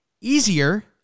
easier